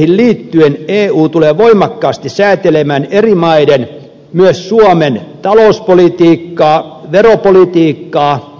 vakauspaketteihin liittyen eu tulee voimakkaasti säätelemään eri maiden myös suomen talouspolitiikkaa veropolitiikkaa